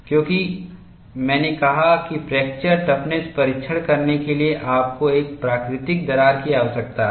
क्योंकि मैंने कहा कि फ्रैक्चर टफ़्नस परीक्षण करने के लिए आपको एक प्राकृतिक दरार की आवश्यकता है